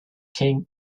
king